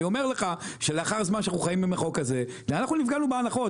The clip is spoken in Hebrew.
אני אומר לך שלאחר זמן שאנחנו חיים עם החוק הזה אנחנו נפגענו בהנחות,